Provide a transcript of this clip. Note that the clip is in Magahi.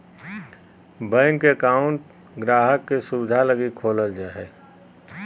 बैंक अकाउंट गाहक़ के सुविधा लगी खोलल जा हय